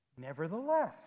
nevertheless